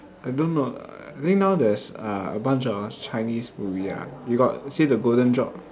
I don't know err I think now there's uh a bunch of chinese movie ah you got see the golden job